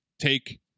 take